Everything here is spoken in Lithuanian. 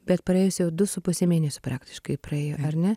bet praėjus jau du su puse mėnesių praktiškai praėjo ar ne